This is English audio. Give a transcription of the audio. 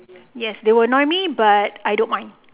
yes they will annoy me but I don't mind